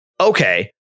Okay